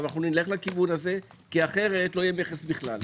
אך נלך לשם - אחרת לא יהיה מכס בכלל.